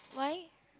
why